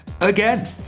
again